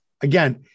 Again